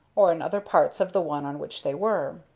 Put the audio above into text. or in other parts of the one on which they were.